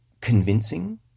convincing